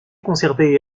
conservé